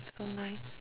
so nice